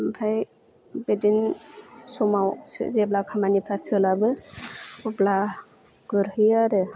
ओमफ्राय बिदिनो समाव जेब्ला खामानिफ्रा सोलाबो अब्ला गुरहैयो आरो